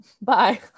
Bye